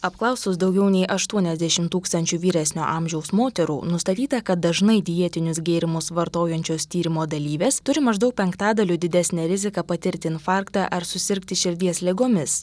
apklausus daugiau nei aštuoniasdešimt tūkstančių vyresnio amžiaus moterų nustatyta kad dažnai dietinius gėrimus vartojančios tyrimo dalyvės turi maždau penktadaliu didesnę riziką patirti infarktą ar susirgti širdies ligomis